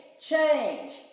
change